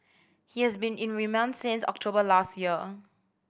he has been in remand since October last year